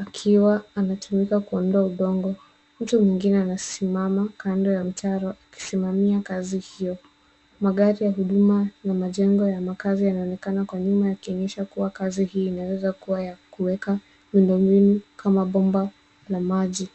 ukiwa unatumika kuondoa udongo. Mtu mwingine anasimama kando ya mtaro akisimamia kazi hiyo. Magari ya huduma na majengo ya makazi yanaonekana kwa nyuma yakionyesha kuwa kazi hii inaweza kuwa ya kuweka miundombinu kama bomba la maji.